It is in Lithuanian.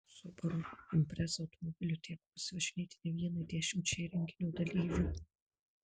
subaru impreza automobiliu teko pasivažinėti ne vienai dešimčiai renginio dalyvių